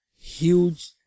huge